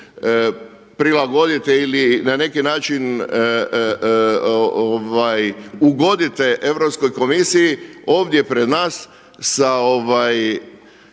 prilagodite ili na neki način ugodite Europskoj komisiji ovdje pred nas sa